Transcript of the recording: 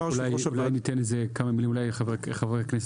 אולי ניתן כמה מילים אולי לחברי הכנסת,